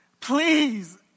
please